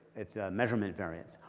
it's a measurement variance.